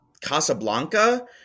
Casablanca